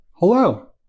Hello